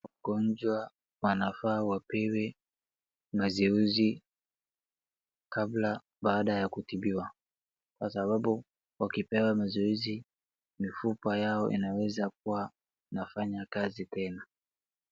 Wagonjwa wanafaa wapewe mazoezi kabla, baada ya kutibiwa. Kwa sababu wakipewa mazoezi mifupa yao inaweza kuwa inafanya kazi tena.